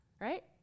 right